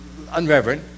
unreverent